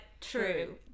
true